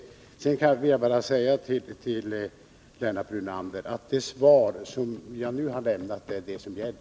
Sedan vill jag bara säga till Lennart Brunander att det svar jag nu har lämnat är det som gäller.